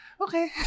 Okay